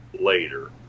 later